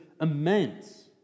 immense